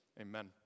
Amen